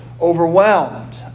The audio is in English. overwhelmed